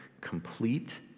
complete